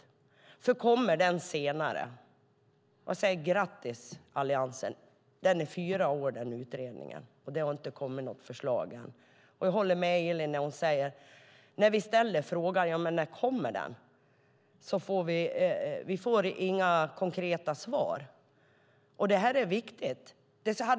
Om den kommer senare säger jag: Grattis Alliansen! Den utredningen ska pågå i fyra år, och det har inte kommit något förslag. Jag håller med Elin. När vi frågar när den kommer får vi inga konkreta svar. Det är viktigt.